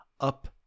up